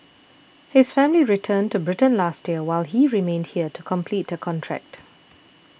his family returned to Britain last year while he remained here to complete a contract